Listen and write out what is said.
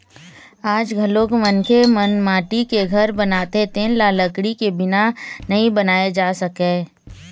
आज घलोक मनखे मन माटी के घर बनाथे तेन ल लकड़ी के बिना नइ बनाए जा सकय